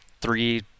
three